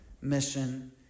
mission